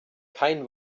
kein